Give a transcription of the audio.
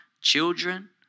children